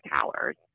towers